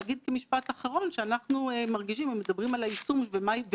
שאני מנהל בכנסת ישראל, בוודאי בתקופה הזו.